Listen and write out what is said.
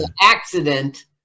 accident